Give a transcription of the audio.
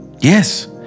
Yes